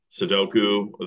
Sudoku